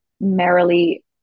Merrily